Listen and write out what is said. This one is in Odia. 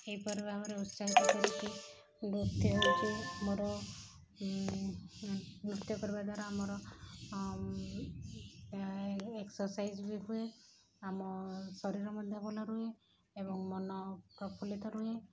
ଏହିପରି ଭାବରେ ଉତ୍ସାହିତ କରି ନୃତ୍ୟ ହେଉଛି ଆମର ନୃତ୍ୟ କରିବା ଦ୍ୱାରା ଆମର ଏକ୍ସର୍ସାଇଜ୍ ବି ହୁଏ ଆମ ଶରୀର ମଧ୍ୟ ଭଲ ରହେ ଏବଂ ମନ ପ୍ରଫୁଲ୍ଲିତ ରହେ